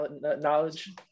knowledge